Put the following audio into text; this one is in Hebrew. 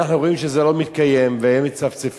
אנחנו אומרים שזה לא מתקיים, והם מצפצפים.